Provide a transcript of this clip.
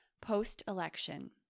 post-election